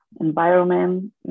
environment